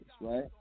right